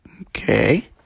Okay